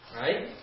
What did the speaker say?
right